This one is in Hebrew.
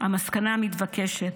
המסקנה המתבקשת: